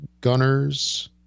Gunners